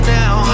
now